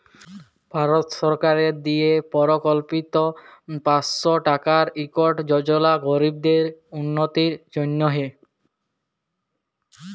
ভারত সরকারের দিয়ে পরকল্পিত পাঁচশ টাকার ইকট যজলা গরিবদের উল্লতির জ্যনহে